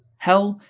hell,